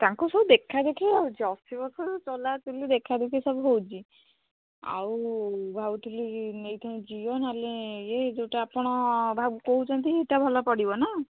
ତାଙ୍କୁ ସବୁ ଦେଖାଦେଖି ହେଉଛି ଅଶି ବର୍ଷର ଚଲାଚୁଲି ଦେଖାଦେଖି ସବୁ ହେଉଛି ଆଉ ଭାବୁଥିଲି ନେଇଥାନ୍ତି ଜିଓ ନହେଲେ ଇଏ ଯୋଉଟା ଆପଣ ଭାବୁ କହୁଛନ୍ତି ଇଟା ଭଲପଡ଼ିବ ନାଁ